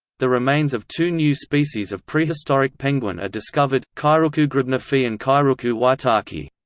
the remains of two new species of prehistoric penguin are discovered kairuku grebneffi and kairuku waitaki.